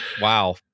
Wow